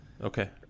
Okay